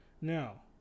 Now